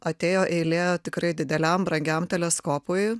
atėjo eilė tikrai dideliam brangiam teleskopui